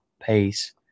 Pace